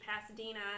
Pasadena